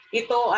ito